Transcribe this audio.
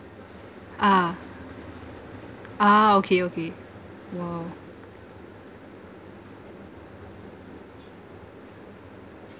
ah ah okay okay !wow!